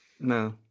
No